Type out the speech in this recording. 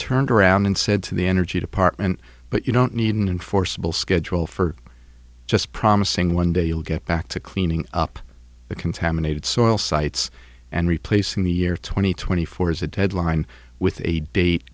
turned around and said to the energy department but you don't need and forcible schedule for just promising one day you'll get back to cleaning up the contaminated soil sites and replacing the year two thousand and twenty four as a deadline with a date